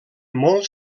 molt